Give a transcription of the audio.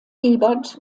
ebert